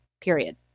period